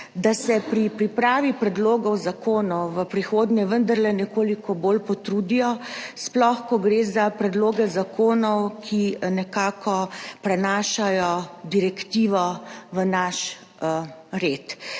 da se pri pripravi predlogov zakonov v prihodnje vendarle nekoliko bolj potrudijo, sploh ko gre za predloge zakonov, ki prenašajo direktivo v naš red.